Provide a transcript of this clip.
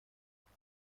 واسه